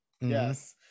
Yes